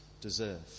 deserve